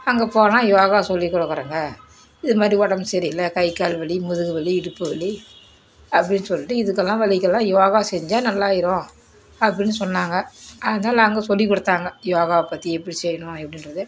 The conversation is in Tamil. அங்கே போனால் யோகா சொல்லி கொடுக்குறோங்க இதுமாதிரி உடம்பு சரியில்லை கை கால் வலி முதுகு வலி இடுப்பு வலி அப்படின்னு சொல்லிட்டு இதுக்கெல்லாம் வலிக்கெல்லாம் யோகா செஞ்சால் நல்லாயிடும் அப்படின்னு சொன்னாங்க அதனால் அங்கே சொல்லி கொடுத்தாங்க யோகாவை பற்றி எப்படி செய்யணும் எப்படின்றது